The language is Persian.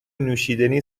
نوشیدنی